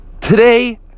today